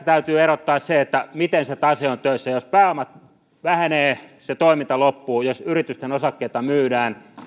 täytyy erottaa se miten se tase on töissä jos pääoma vähenee se toiminta loppuu jos yritysten osakkeita myydään